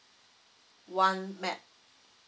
one map